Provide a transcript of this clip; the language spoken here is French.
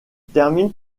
termine